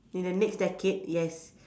in the next decade yes